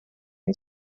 and